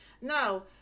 Now